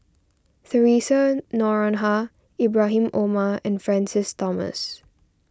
theresa Noronha Ibrahim Omar and Francis Thomas